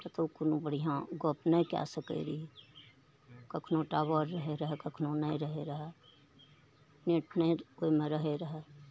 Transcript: ककरो सङ्गे कोनो बढ़िआँ गप नहि कए सकैत रहियै कखनो टाबर रहै चाहे कखनो नहि रहै रहए से फेर ओहिमे रहै रहए